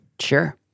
Sure